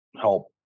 help